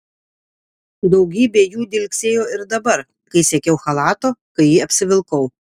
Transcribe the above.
daugybė jų dilgsėjo ir dabar kai siekiau chalato kai jį apsivilkau